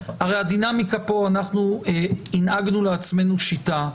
הרי אנחנו הנהגנו לעצמנו שיטה,